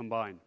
combined